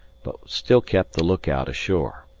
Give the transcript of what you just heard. but still kept the look-out ashore.